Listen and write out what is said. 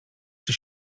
czy